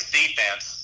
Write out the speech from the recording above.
defense